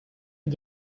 n’y